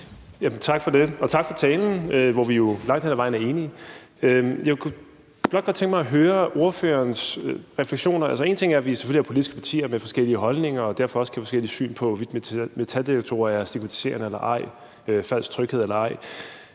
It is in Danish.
Tak for det, og tak for talen. Langt hen ad vejen er vi jo enige. Jeg kunne blot godt tænke mig at høre ordførerens refleksioner. Altså, én ting er, at vi selvfølgelig er politiske partier med forskellige holdninger og derfor også kan have forskellige syn på, hvorvidt metaldetektorer er stigmatiserende eller ej, og hvorvidt det giver en